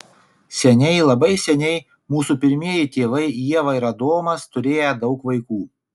seniai labai seniai mūsų pirmieji tėvai ieva ir adomas turėję daug vaikų